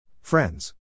Friends